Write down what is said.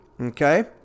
Okay